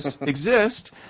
exist